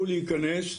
5 מטר,